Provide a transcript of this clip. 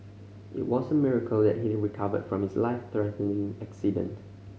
it was a miracle that he recovered from his life threatening accident